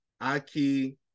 Aki